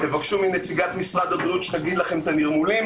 תבקשו ממשרד הבריאות שתגיד לכם את הנרמולים.